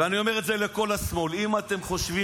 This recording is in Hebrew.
ואני אומר את זה לכל השמאל: אם אתם חושבים